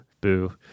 Boo